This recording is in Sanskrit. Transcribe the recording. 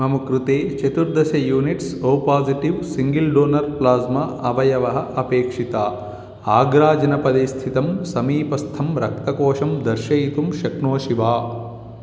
मम कृते चतुर्दश units O positive single donor plasma अवयवाः अपेक्षिताः आग्राजनपदे स्थितं समीपस्थं रक्तकोषं दर्शयितुं शक्नोषि वा